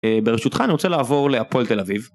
ברשותך אני רוצה לעבור להפועל תל אביב.